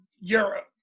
Europe